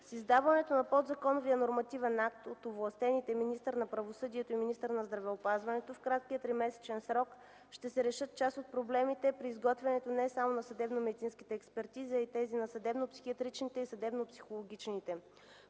С издаването на подзаконовия нормативен акт от овластените министър на правосъдието и министър на здравеопазването в краткия тримесечен срок ще се решат част от проблемите при изготвянето не само на съдебномедицинските, а и тези на съдебно-психиатричните и съдебно-психологичните